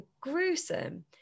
gruesome